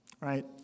right